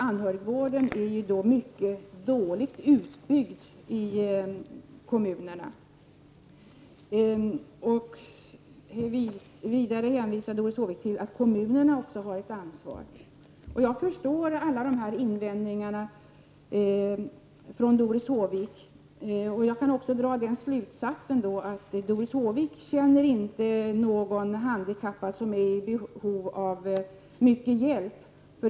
Anhörigvården är mycket dåligt utbyggd i kommunerna. Vidare hänvisade också Doris Håvik till att kommunerna har ett ansvar. Jag förstår alla invändningar från Doris Håvik. Jag kan också dra slutsatsen att Doris Håvik inte känner någon handikappad som är i behov av mycket hjälp.